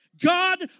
God